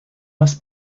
must